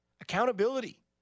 Accountability